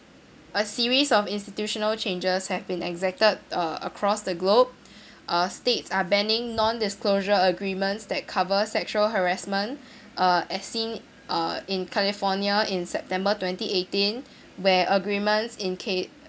a series of institutional changes have been exacted uh across the globe uh states are banning non disclosure agreements that cover sexual harassment uh as seem uh in california in september twenty eighteen where agreement in ca~